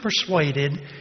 persuaded